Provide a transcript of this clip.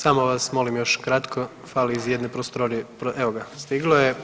Samo vas molim još kratko, fali iz jedne prostorije, evo ga, stiglo je.